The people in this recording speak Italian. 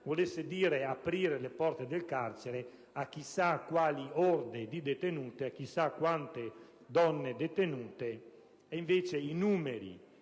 volesse dire aprire le porte del carcere a chissà quali orde di detenute, a chissà quante donne detenute. I numeri